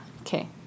okay